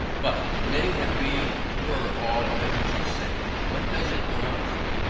but admitting, that we were all of english descent, what does it amount to?